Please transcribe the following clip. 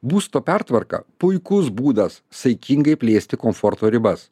būsto pertvarka puikus būdas saikingai plėsti komforto ribas